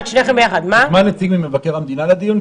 הוזמן נציג ממבקר המדינה לדיון?